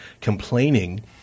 complaining